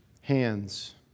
hands